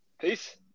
Peace